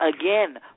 again